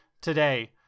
today